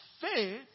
Faith